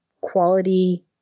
quality